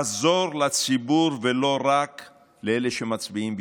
לעזור לציבור ולא רק לאלה שמצביעים בשבילנו.